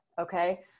Okay